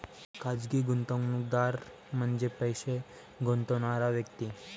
खाजगी गुंतवणूकदार म्हणजे पैसे गुंतवणारी व्यक्ती